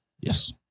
Yes